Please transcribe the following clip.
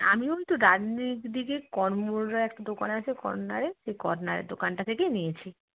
আমি ওই তো ডানদিক দিকে করমোরার একটা দোকান আছে কর্নারে সেই কর্নারের দোকানটা থেকেই নিয়েছি